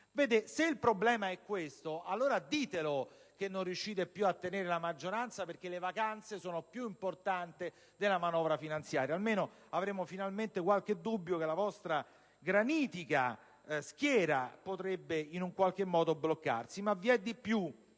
Se il problema è questo, allora ditelo che non riuscite più a tenere la maggioranza perché le vacanze sono più importanti della manovra finanziaria; avremmo così finalmente qualche dubbio che la vostra granitica schiera potrebbe in qualche modo bloccarsi. Vi è di più.